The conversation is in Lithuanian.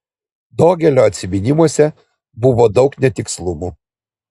dogelio atsiminimuose buvo daug netikslumų